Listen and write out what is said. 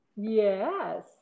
Yes